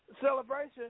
celebration